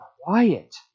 quiet